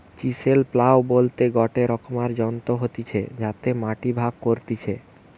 chisel plough বলতে গটে রকমকার যন্ত্র হতিছে যাতে মাটি ভাগ করতিছে